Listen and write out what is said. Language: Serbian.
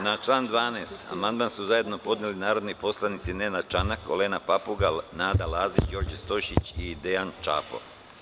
Na član 12. amandman su zajedno podneli narodni poslanici Nenad Čanak, Olena Papuga, Nada Lazić, Đorđe Stojšić i Dejan Čapo.